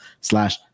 slash